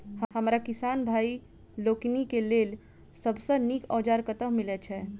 हमरा किसान भाई लोकनि केँ लेल सबसँ नीक औजार कतह मिलै छै?